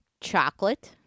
Chocolate